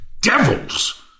devils